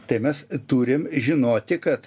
tai mes turim žinoti kad